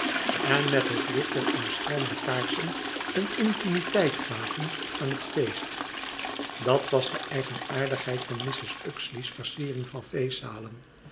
en met het licht der omschermde kaarsen een intimiteit gaven aan het feest dat was de eigenaardigheid van mrs uxeley's versiering van feestzalen